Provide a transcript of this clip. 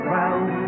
round